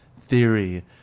theory